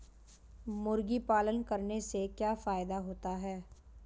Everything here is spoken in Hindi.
मुर्गी पालन करने से क्या फायदा होता है?